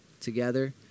together